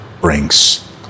brings